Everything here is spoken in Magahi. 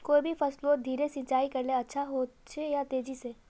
कोई भी फसलोत धीरे सिंचाई करले अच्छा होचे या तेजी से?